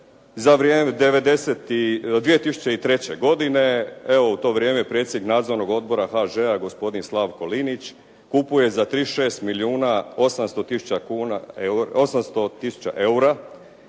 za vrijeme 2003. godine evo u to vrijeme predsjednik Nadzornog odbora HŽ-a gospodin Slavko Linić kupuje za 36 milijuna 800 tisuća eura